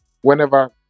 whenever